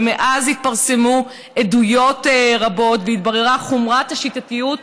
ומאז התפרסמו עדויות רבות והתבררו חומרת השיטתיות והמעשים,